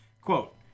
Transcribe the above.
Quote